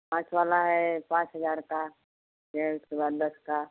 पाँच वाला है पाँच हज़ार का छः है उसके बाद दस का